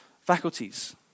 faculties